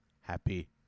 Happy